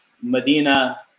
Medina